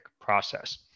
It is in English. process